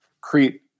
create